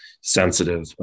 sensitive